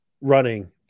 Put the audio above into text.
running